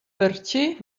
perche